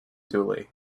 dooley